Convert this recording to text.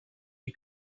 you